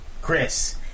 Chris